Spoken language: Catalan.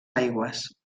aigües